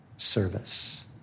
service